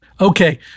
Okay